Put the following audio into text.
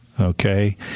Okay